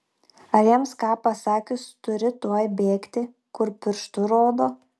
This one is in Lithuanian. ar jiems ką pasakius turi tuoj bėgti kur pirštu rodo